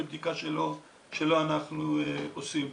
בבדיקה שלא אנחנו עושים.